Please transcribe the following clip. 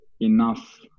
enough